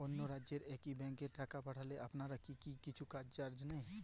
অন্য রাজ্যের একি ব্যাংক এ টাকা পাঠালে আপনারা কী কিছু চার্জ নেন?